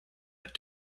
that